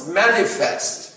manifest